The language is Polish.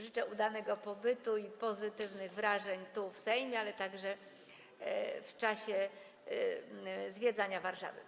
Życzę udanego pobytu i pozytywnych wrażeń tu, w Sejmie, ale także w czasie zwiedzania Warszawy.